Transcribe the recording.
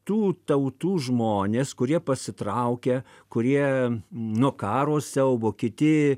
tų tautų žmonės kurie pasitraukia kurie nuo karo siaubo kiti